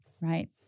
right